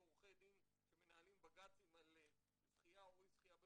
ועורכי דין שמנהלים בג"צים על זכייה או אי זכייה במכרז.